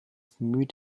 bemüht